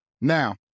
Now